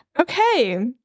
okay